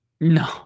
No